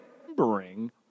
remembering